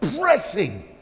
pressing